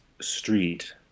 street